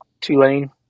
Tulane